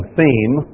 theme